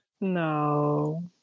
No